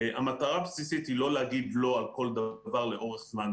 המטרה הבסיסית היא לא להגיד לא על כל דבר לאורך זמן.